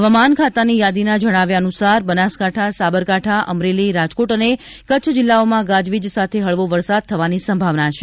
હવામાન ખાતાની યાદીના જણાવ્યા અનુસાર બનાસકાંઠા સાંબરકાઠા અમરેલી રાજકોટ અને કચ્છ જિલ્લાઓમાં ગાજવીજ સાથે હળવો વરસાદ થવાની સંભાવના છે